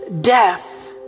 death